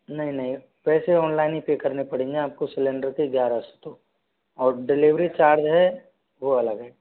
नहीं नहीं पैसे ऑनलाइन ही पे करने पड़ेंगे आपको सिलेंडर के ग्यारह सौ तो और डिलीवरी चार्ज है वो अलग है